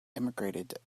emigrated